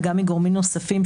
וגם מגורמים נוספים,